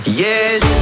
yes